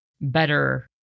better